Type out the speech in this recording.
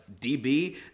DB